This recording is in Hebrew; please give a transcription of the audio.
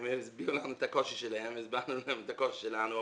הם הסבירו לנו את הקושי שלהם והסברנו להם את הקושי שלנו.